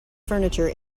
furniture